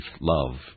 love